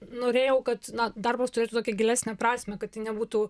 norėjau kad na darbas turėtų gilesnę prasmę kad tai nebūtų